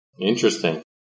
Interesting